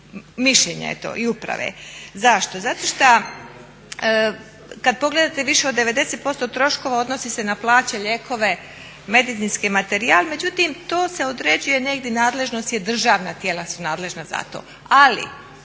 mišljenje je to i uprave. Zašto? Zato što kad pogledate više od 90% troškova odnosi se na plaće, lijekove, medicinski materijal međutim to se određuje negdje, državna tijela su nadležna za to,